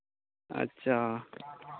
अच्छा